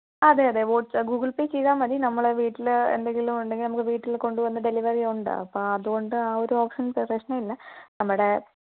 അതെ അതെ Google Pay ചെയ്താൽ മതി നമ്മൾ വീട്ടിൽ എന്തെങ്കിലും ഉണ്ടെങ്കില് നമുക്ക് വീട്ടിൽ കൊണ്ടുവന്ന് ഡെലിവറി ഉണ്ട് അപ്പം അതുകൊണ്ട് ആ ഒരു ഓപ്ഷന് പ്രശ്നം ഇല്ല നമ്മുടെ